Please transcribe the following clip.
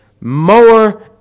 more